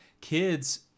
Kids